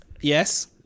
Yes